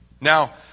Now